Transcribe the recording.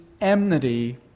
enmity